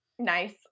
nice